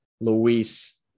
Luis